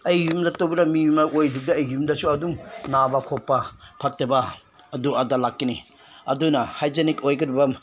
ꯑꯩꯒꯤ ꯌꯨꯝꯗ ꯇꯧꯔꯝꯃꯤꯕ ꯑꯣꯏꯔꯕꯗꯤ ꯑꯩꯒꯤ ꯑꯩꯒꯤ ꯌꯨꯝꯗꯁꯨ ꯑꯗꯨꯝ ꯅꯥꯕ ꯈꯣꯠꯄ ꯐꯠꯇꯕ ꯑꯗꯨ ꯑꯗꯥ ꯂꯥꯛꯀꯅꯤ ꯑꯗꯨꯅ ꯍꯥꯏꯖꯤꯅꯤꯛ ꯑꯣꯏꯒꯗꯕ